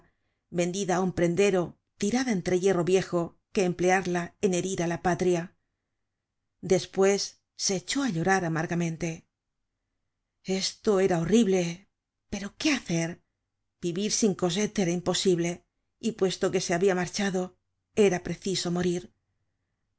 vendida á un prendero tirada entre hierro viejo que emplearla en herir á la patria despues se echó á llorar amargamente esto era horrible pero qué hacer vivir sin cosette era imposible y puesto que se habia marchado era preciso morir